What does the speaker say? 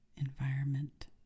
environment